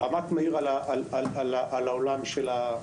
מבט מהיר על עולם התקציב